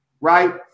right